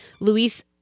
Luis